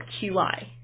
QI